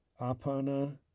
Apana